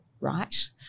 right